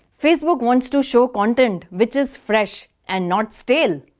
facebook wants to show content which is fresh and not stale.